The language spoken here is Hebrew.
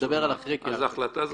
אני מדבר על אחרי קריאה ראשונה.